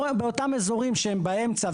באותם אזורים שהם באמצע,